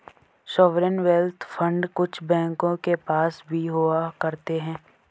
sovereign wealth fund कुछ बैंकों के पास भी हुआ करते हैं